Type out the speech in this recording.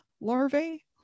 larvae